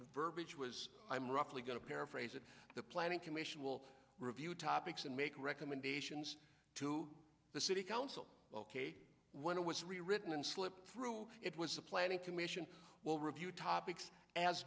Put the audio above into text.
verbiage was i'm roughly going to paraphrase it the planning commission will review topics and make recommendations to the city council ok when it was rewritten and slipped through it was the planning commission will review topics as